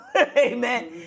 Amen